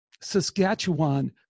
Saskatchewan